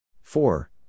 Four